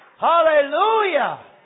Hallelujah